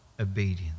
obedience